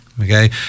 Okay